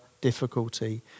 difficulty